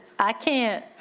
i can't,